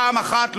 פעם אחת,